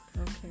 okay